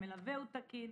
האם המלווה תקין